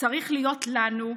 צריך להיות לנו,